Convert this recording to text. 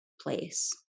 place